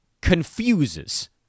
confuses